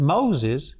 Moses